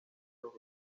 los